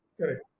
Correct